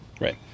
Right